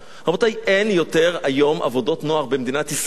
רבותי, אין יותר היום עבודות נוער במדינת ישראל.